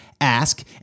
ask